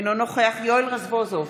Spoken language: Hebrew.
אינו נוכח יואל רזבוזוב,